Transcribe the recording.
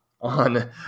on